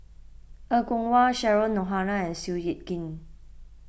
Er Kwong Wah Cheryl Noronha and Seow Yit Kin